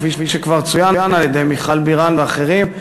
כפי שכבר צוין על-ידי מיכל בירן ואחרים,